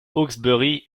hawksbury